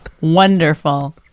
wonderful